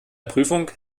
prüfung